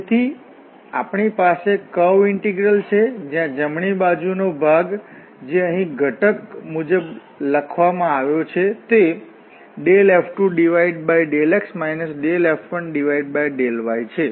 જેથી આપણી પાસે કર્વ ઇન્ટિગ્રલ છે જ્યાં જમણી બાજુનો ભાગ જે અહીં ઘટક મુજબ લખવામાં આવ્યો છે તે F2∂x F1∂y છે